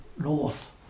north